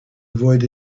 avoid